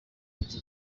iki